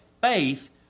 faith